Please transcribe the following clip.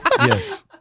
Yes